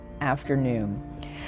afternoon